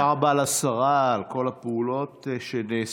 תודה רבה לשרה על כל הפעולות שנעשו.